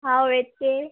हो येते